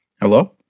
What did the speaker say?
Hello